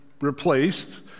replaced